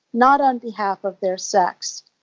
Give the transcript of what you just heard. not on behalf of their sex.